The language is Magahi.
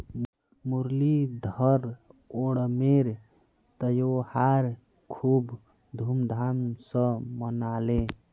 मुरलीधर ओणमेर त्योहार खूब धूमधाम स मनाले